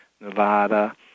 Nevada